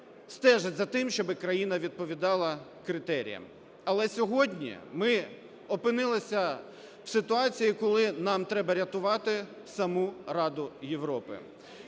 стежать за тим, щоби країна відповідала критеріям. Але сьогодні ми опинилися в ситуації, коли нам треба рятувати саму Радe Європи